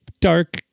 dark